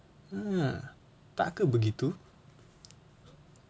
ah tak kan begitu